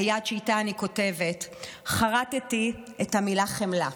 היד שאיתה אני כותבת, חרטתי את המילה "חמלה",